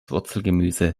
wurzelgemüse